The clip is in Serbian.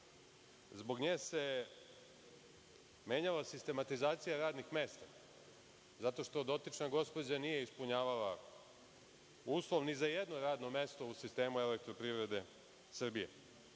Zbog nje se menjala sistematizacija radnih mesta, zato što dotična gospođa nije ispunjavala uslov ni za jedno radno mesto u sistemu „Elektroprivrede Srbije“.Želim